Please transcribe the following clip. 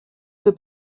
für